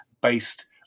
based